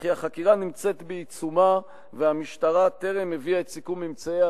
וכי החקירה נמצאת בעיצומה והמשטרה טרם הביאה את סיכום ממצאיה,